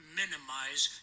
minimize